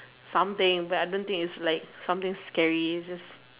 something but I don't think is like something scary just